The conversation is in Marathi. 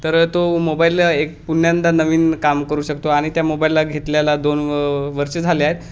तर तो मोबाईल एक पुन्यांदा नवीन काम करू शकतो आणि त्या मोबाईलला घेतल्याला दोन व वर्ष झाले आहेत